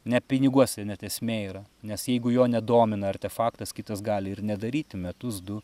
ne piniguose net esmė yra nes jeigu jo nedomina artefaktas kitas gali ir nedaryti metus du